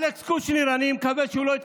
אלכס קושניר, אני מקווה שהוא לא יתקזז,